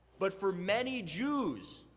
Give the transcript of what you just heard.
but for many jews,